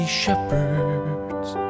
shepherds